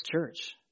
church